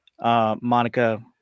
Monica